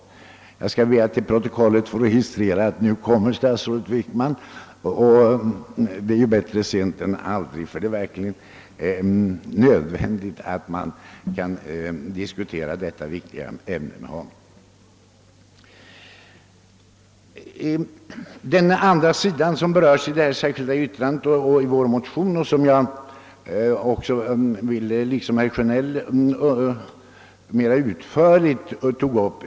— Jag skall be att till protokollet få registrera att statsrådet Wickman nu kommer in i kammaren. Och bättre sent än aldrig — det är verkligen nödvändigt att vi får diskutera detta viktiga ämne med statsrådet. Den andra sidan av problemet som berörs i det särskilda yttrandet och i våra motioner har mera utförligt behandlats av herr Sjönell.